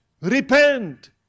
Repent